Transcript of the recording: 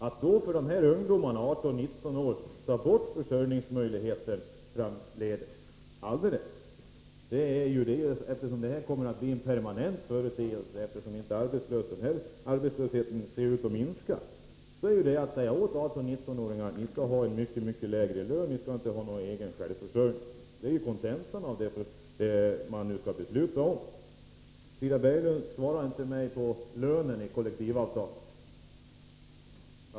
Eftersom den företeelsen tydligen kommer att bli permanent — arbetslösheten ser ju inte ut att minska — skulle ett borttagande av försörjningsmöjligheterna för ungdomar i 18-19-årsåldern innebära detsamma som att säga till dessa ungdomar att de kommer att få en mycket lägre lön och inte ha någon möjlighet till självförsörjning. Det är ju kontentan av det förslag vi nu skall besluta om. Frida Berglund svarade mig inte på frågan om lönen enligt kollektivavtalet.